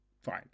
Fine